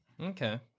Okay